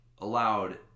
allowed